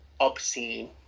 Obscene